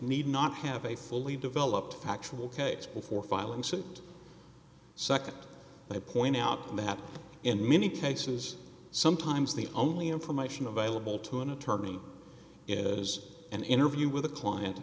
need not have a fully developed factual case before filing suit nd they point out that in many cases sometimes the only information available to an attorney is an interview with a client